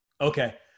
Okay